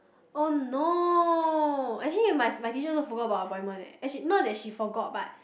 oh no actually my my teacher also forgot about our appointment eh as in not that she forgot but